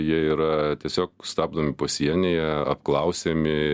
jie yra tiesiog stabdomi pasienyje apklausiami